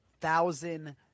thousand